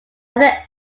other